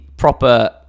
proper